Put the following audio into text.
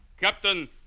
Captain